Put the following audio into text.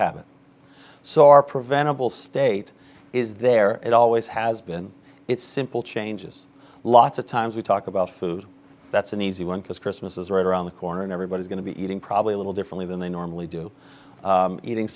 habit so our preventable state is there it always has been it's simple changes lots of times we talk about food that's an easy one because christmas is right around the corner and everybody's going to be eating probably a little differently than they normally do eating